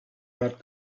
that